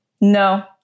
No